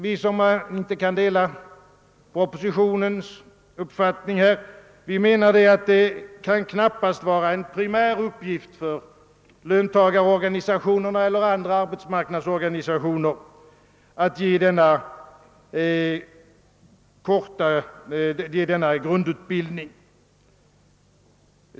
Vi som inte kan dela propositionens uppfattning menar att det knappast kan vara en primäruppgift för löntagarorganisationerna eller andra arbetsmarknadsorganisationer att ge denna grundutbildning.